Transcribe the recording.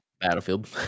battlefield